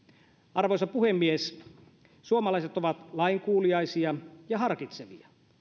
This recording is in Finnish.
arvoisa puhemies suomalaiset ovat lainkuuliaisia ja harkitsevia